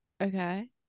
Okay